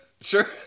sure